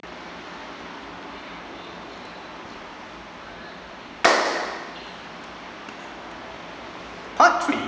part three